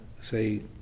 say